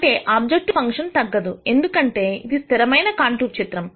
అంటే objective function తగ్గదు ఎందుకంటే ఇది స్థిరమైన కాంటూర్ చిత్రము